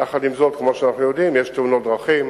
יחד עם זאת, כמו שאנחנו יודעים, יש תאונות דרכים,